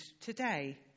today